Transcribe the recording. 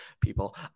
people